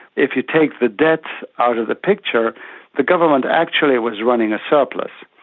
if you take the debts out of the picture the government actually was running a surplus.